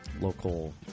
local